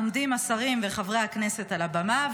עומדים השרים וחברי הכנסת על הבמה,